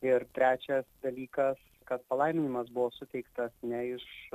ir trečias dalykas kad palaiminimas buvo suteiktas ne iš